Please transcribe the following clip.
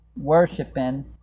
worshiping